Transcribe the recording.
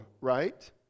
right